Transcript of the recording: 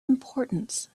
importance